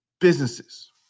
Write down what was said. businesses